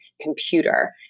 computer